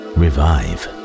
revive